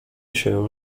się